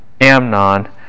Amnon